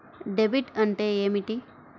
Debit అంటే ఏమిటి?